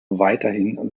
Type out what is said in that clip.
weiterhin